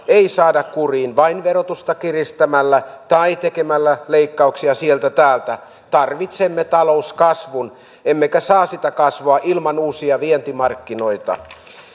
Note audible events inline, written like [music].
[unintelligible] ei saada kuriin vain verotusta kiristämällä tai tekemällä leikkauksia sieltä täältä tarvitsemme talouskasvun emmekä saa sitä kasvua ilman uusia vientimarkkinoita